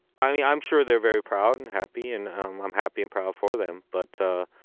i'm yeah i'm sure they are very proud and happy. and um i'm happy and proud for them. but